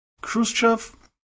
Khrushchev